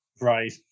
Right